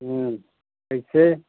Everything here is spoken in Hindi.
कैसे